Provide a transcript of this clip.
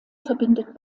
verbindet